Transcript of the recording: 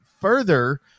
further